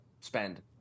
spend